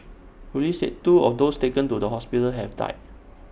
Police said two of those taken to the hospital have died